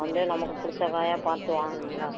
வந்து நமக்கு பிடிச்ச காயா பார்த்து வாங்கணும்ல